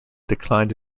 declined